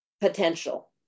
potential